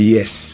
Yes